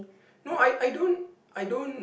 no I I don't I don't